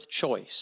choice